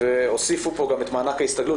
והוסיפו פה גם את מענק ההסתגלות,